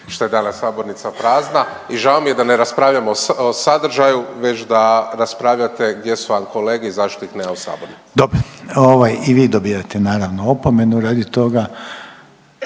što je danas sabornica prazna i žao mi je da ne raspravljamo o sadržaju već da raspravljate gdje su vam kolege i zašto ih nema u sabornici. **Reiner, Željko (HDZ)** Dobro. I vi dobivate naravno opomenu radi toga.